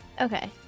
Okay